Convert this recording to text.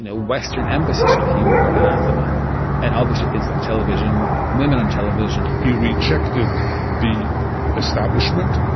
and western embassies to him were anathema and obviously, things like television, women on television he rejected the establishment.